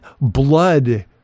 blood